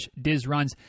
Dizruns